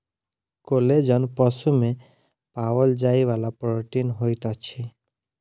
collagen पशु में पाओल जाइ वाला प्रोटीन होइत अछि